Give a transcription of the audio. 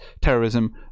terrorism